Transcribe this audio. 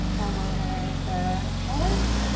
elbows underneath the shoulders.